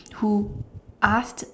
who asked